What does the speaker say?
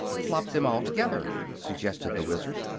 flop them all together, suggested the wizard.